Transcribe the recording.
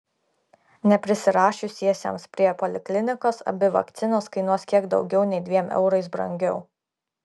neprisirašiusiesiems prie poliklinikos abi vakcinos kainuos kiek daugiau nei dviem eurais brangiau